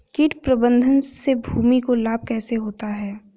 कीट प्रबंधन से भूमि को लाभ कैसे होता है?